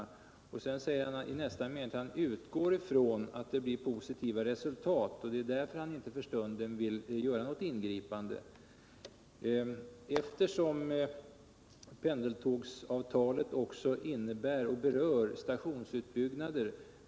I nästa mening säger han att han utgår från att det blir positivt resultat och att det är därför som han inte för stunden vill göra något ingripande. Pendeltågsavtalet berör också stationsutbyggnader.